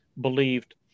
believed